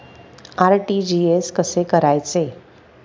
RTGS कसे करायचे?